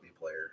player